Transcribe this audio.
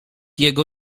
jego